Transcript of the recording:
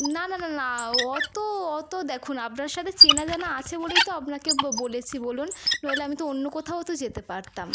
না না না না অঅঅতো অতো দেখুন আপনার সাথে চেনা জানা আছে বলেই তো আপনাকে বলেছি বলুন নইলে আমি তো অন্য কোথাও তো যেতে পারতাম